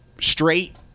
straight